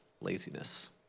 laziness